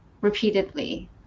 repeatedly